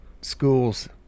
schools